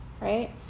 right